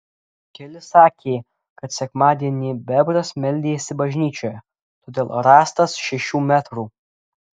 keli sakė kad sekmadienį bebras meldėsi bažnyčioje todėl rąstas šešių metrų